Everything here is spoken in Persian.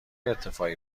ارتفاعی